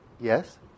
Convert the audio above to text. Yes